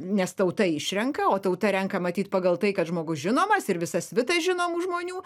nes tauta išrenka o tauta renka matyt pagal tai kad žmogus žinomas ir visa svita žinomų žmonių